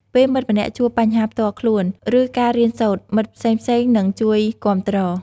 ពេលមិត្តម្នាក់ជួបបញ្ហាផ្ទាល់ខ្លួន ឬការរៀនសូត្រ មិត្តផ្សេងៗនឹងជួយគាំទ្រ។